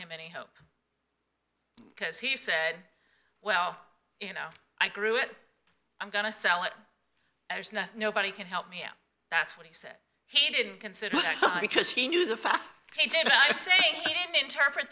because he said well you know i grew it i'm going to sell it there's nothing nobody can help me out that's what he said he didn't consider because he knew the fact he did i say he didn't interpret